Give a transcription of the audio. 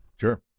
sure